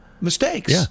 mistakes